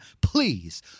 Please